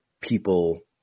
people